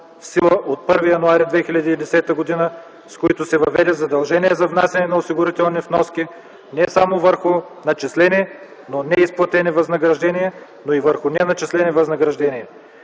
в сила от 1 януари 2010 г., с които се въведе задължение за внасяне на осигурителни вноски не само върху начислени, но неизплатени възнаграждения, но и върху неначислени възнаграждения.